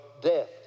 death